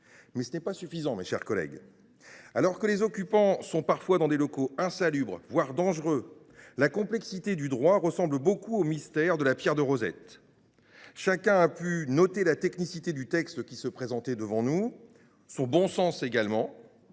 Mais ce n’est pas suffisant, mes chers collègues. Alors que les occupants sont parfois dans des locaux insalubres, voire dangereux, la complexité du droit ressemble beaucoup au mystère de la pierre de Rosette. Chacun a pu noter la technicité du texte qui nous est présenté, et ses propositions de bon sens également.